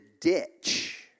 ditch